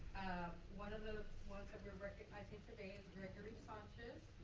one of the ones that we recognize here gregory sanchez.